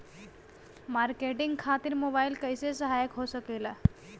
Marketing खातिर mobile कइसे सहायक हो सकेला?